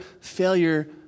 failure